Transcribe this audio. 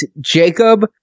Jacob